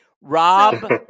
Rob